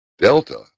delta